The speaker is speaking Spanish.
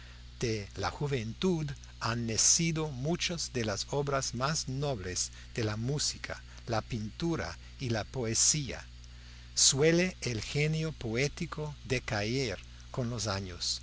de la juventud han nacido muchas de las obras más nobles de la música la pintura y la poesía suele el genio poético decaer con los años